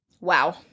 Wow